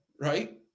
right